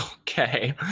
okay